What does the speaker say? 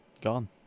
gone